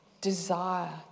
desire